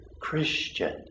Christian